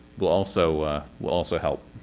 will also will also help.